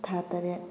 ꯊꯥ ꯇꯔꯦꯠ